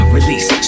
Release